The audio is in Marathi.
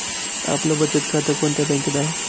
आपलं बचत खातं कोणत्या बँकेत आहे?